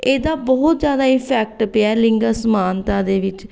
ਇਹਦਾ ਬਹੁਤ ਜ਼ਿਆਦਾ ਇਫੈਕਟ ਪਿਆ ਲਿੰਗ ਅਸਮਾਨਤਾ ਦੇ ਵਿੱਚ